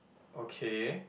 okay